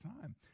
time